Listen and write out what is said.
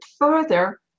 further